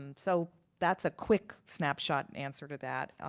um so that's a quick snapshot answer to that.